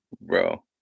bro